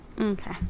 okay